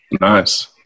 Nice